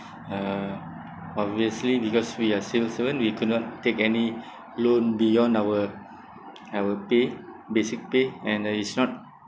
uh obviously because we are civil servant we could not take any loan beyond our our pay basic pay and uh it's not